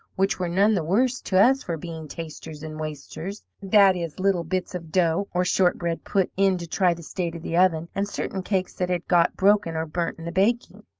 which were none the worse to us for being tasters and wasters' that is, little bits of dough, or shortbread, put in to try the state of the oven, and certain cakes that had got broken or burnt in the baking.